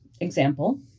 example